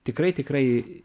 tikrai tikrai